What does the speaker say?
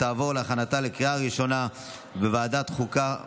לוועדת החוקה,